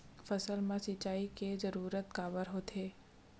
फसल मा सिंचाई के जरूरत काबर होथे?